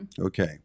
Okay